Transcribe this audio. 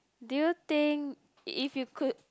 do you think if you could